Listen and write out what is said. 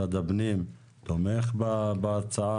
משרד הפנים תומך בהצעה.